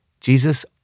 Jesus